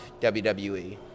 WWE